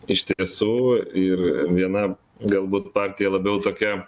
iš tiesų ir viena galbūt partija labiau tokia